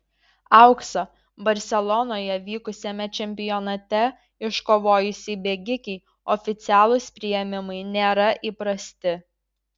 auksą barselonoje vykusiame čempionate iškovojusiai bėgikei oficialūs priėmimai nėra įprasti